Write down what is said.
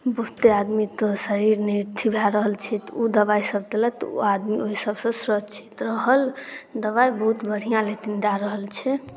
बहुते आदमीते शरीर नहि अथि भए रहल छै तऽ ओ दवाइसभ तेलत तऽ ओ आदमी ओहि सभसँ सुरक्षित रहल दवाइ बहुत बढ़िआँ लेतिन दए रहल छै